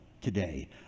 today